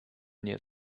near